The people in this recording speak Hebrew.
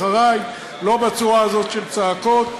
אחרי, לא בצורה הזאת של צעקות.